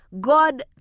God